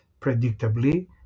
Predictably